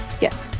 Yes